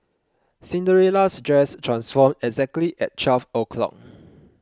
Cinderella's dress transformed exactly at twelve o'clock